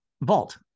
Vault